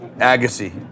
Agassi